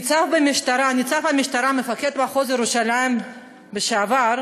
ניצב במשטרה, מפקד מחוז ירושלים לשעבר